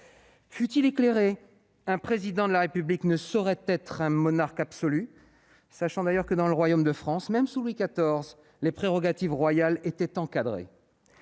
Fût-il éclairé, un Président de la République ne saurait être un monarque absolu. D'ailleurs, dans le royaume de France, même sous Louis XIV, les prérogatives royales étaient encadrées.